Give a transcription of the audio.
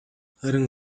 харин